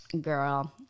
Girl